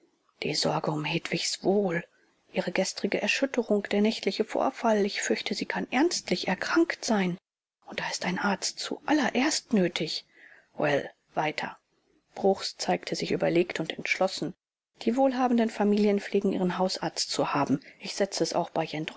die sorge um hedwigs wohl ihre gestrige erschütterung der nächtliche vorfall ich fürchte sie kann ernstlich erkrankt sein und da ist ein arzt zu allererst nötig well weiter bruchs zeigte sich überlegt und entschlossen die wohlhabenden familien pflegen ihren hausarzt zu haben ich setze es auch bei